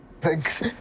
Thanks